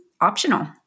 optional